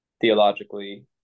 theologically